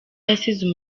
yasize